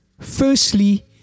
Firstly